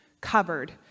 covered